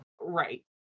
Right